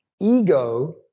Ego